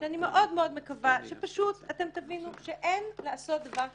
אני מאוד-מאוד מקווה שאתם תבינו שאין לעשות דבר כזה,